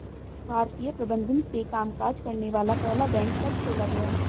भारतीय प्रबंधन से कामकाज करने वाला पहला बैंक कब खोला गया?